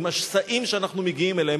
עם השסעים שאנחנו מגיעים אליהם,